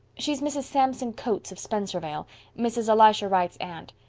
she's mrs. samson coates of spencervale mrs. elisha wright's aunt.